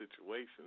situations